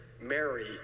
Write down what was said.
Mary